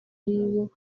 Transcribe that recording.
aribo